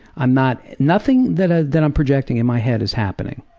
i'm not, nothing that ah that i'm projecting in my head is happening,